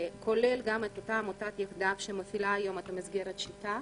כולל אותה עמותת "יחדיו" שמפעילה היום את מסגרת "שיטה".